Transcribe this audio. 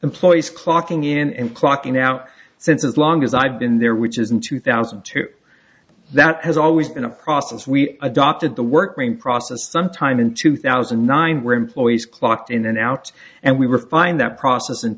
employees clocking in and clocking now since as long as i've been there which is in two thousand and two that has always been a process we adopted the working process sometime in two thousand and nine where employees clocked in and out and we refined that process in